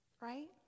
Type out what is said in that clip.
right